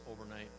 overnight